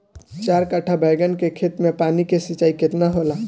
चार कट्ठा बैंगन के खेत में पानी के सिंचाई केतना होला?